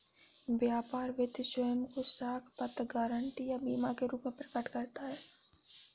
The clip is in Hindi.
व्यापार वित्त स्वयं को साख पत्र, गारंटी या बीमा के रूप में प्रकट करता है